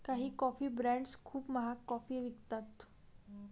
काही coffee brands खूप महाग कॉफी विकतात